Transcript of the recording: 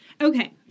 Okay